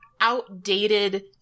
outdated